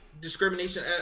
discrimination